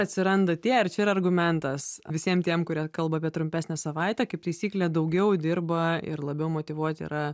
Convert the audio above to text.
atsiranda tie ar čia yra argumentas visiem tiem kurie kalba apie trumpesnę savaitę kaip taisyklė daugiau dirba ir labiau motyvuoti yra